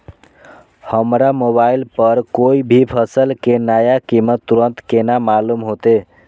हमरा मोबाइल पर कोई भी फसल के नया कीमत तुरंत केना मालूम होते?